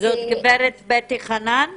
זאת גברת בטי חנן,